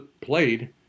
played